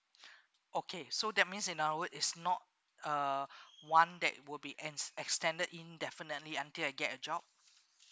okay so that means in our word it's not uh one that would be ends extended in definitely until I get a job